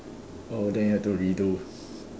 oh then have to redo